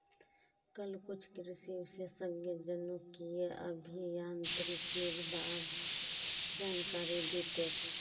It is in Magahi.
कल कुछ कृषि विशेषज्ञ जनुकीय अभियांत्रिकीर बा र जानकारी दी तेक